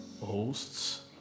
hosts